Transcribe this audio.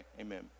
amen